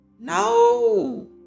No